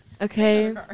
Okay